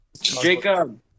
Jacob